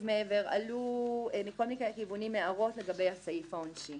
מעבר עלו הערות לגבי סעיף העונשין.